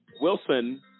Wilson